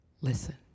listen